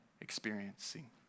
experiencing